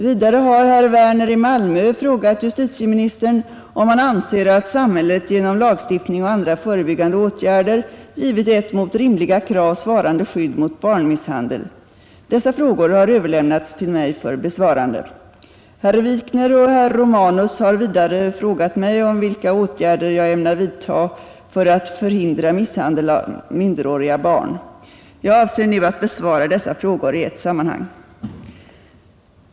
Vidare har herr Werner i Malmö frågat justitieministern om han anser att samhället genom lagstiftning och andra förebyggande åtgärder givit ett mot rimliga krav svarande skydd mot barnmisshandel. Dessa frågor har överlämnats till mig för besvarande. Herr Wikner och herr Romanus har vidare frågat mig om vilka åtgärder jag ämnar vidta för att förhindra misshandel av minderåriga barn. Jag avser nu att besvara dessa frågor i ett sammanhang.